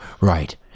Right